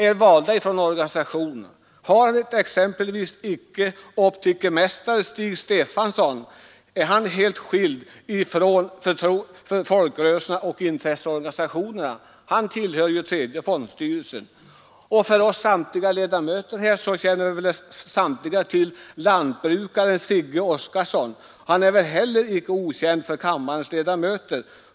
Är exempelvis optikermästare Stig Stefanson helt skild från folkrörelserna och intresseorganisationerna? Han tillhör ju tredje fondstyrelsen. Lantbrukare Sigge Oscarsson är inte heller okänd för kammarens ledamöter.